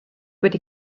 wedi